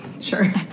Sure